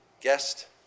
guest